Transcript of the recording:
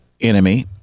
enemy